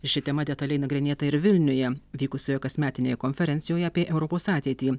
ši tema detaliai nagrinėta ir vilniuje vykusioje kasmetinėje konferencijoje apie europos ateitį